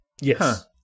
Yes